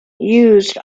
used